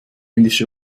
indische